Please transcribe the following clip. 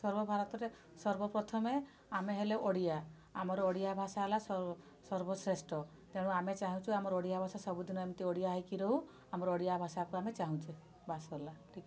ସର୍ବ ଭାରତରେ ସର୍ବପ୍ରଥମେ ଆମେ ହେଲେ ଓଡ଼ିଆ ଆମର ଓଡ଼ିଆ ଭାଷା ହେଲା ସର୍ବଶ୍ରେଷ୍ଠ ତେଣୁ ଆମେ ଚାହୁଁଛୁ ଆମର ଓଡ଼ିଆ ଭାଷା ସବୁଦିନ ଏମିତି ଓଡ଼ିଆ ହେଇକି ରହୁ ଆମର ଓଡ଼ିଆ ଭାଷାକୁ ଆମେ ଚାହୁଁଛୁ ବାସ ସରିଲା ଠିକ